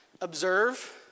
observe